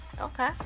Okay